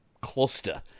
cluster